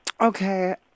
Okay